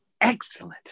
Excellent